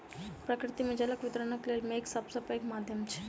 प्रकृति मे जलक वितरणक लेल मेघ सभ सॅ पैघ माध्यम अछि